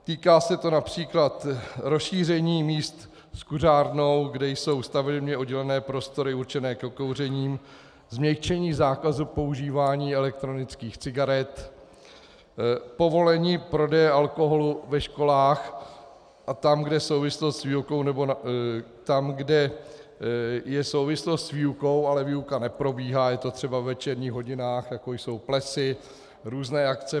Týká se to například rozšíření míst s kuřárnou, kde jsou stabilně oddělené prostory určené ke kouření, změkčení zákazu používání elektronických cigaret, povolení prodeje alkoholu ve školách a tam, kde je souvislost s výukou, nebo tam, kde je souvislost s výukou, ale výuka neprobíhá, je to třeba ve večerních hodinách jako jsou plesy, různé akce.